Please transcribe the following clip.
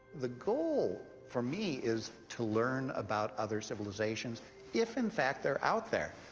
the goal, for me, is to learn about other civilizations if, in fact, they're out there.